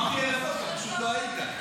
אמרתי "ערב טוב", אתה פשוט לא היית.